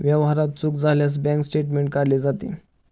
व्यवहारात चूक झाल्यास बँक स्टेटमेंट काढले जाते